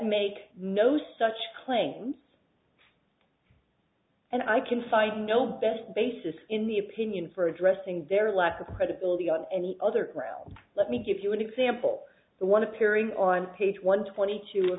make no such claims and i can find no best basis in the opinion for addressing their lack of credibility on any other grail let me give you an example the one appearing on page one twenty two